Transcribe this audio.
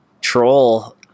troll